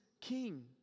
King